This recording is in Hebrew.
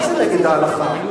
מה זה נגד ההלכה?